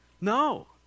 No